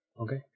Okay